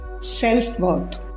Self-worth